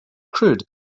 crude